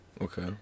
Okay